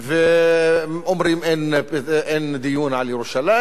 ואומרים: אין דיון על ירושלים,